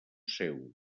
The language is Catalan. seu